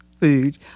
food